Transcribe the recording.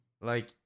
Like-